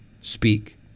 speak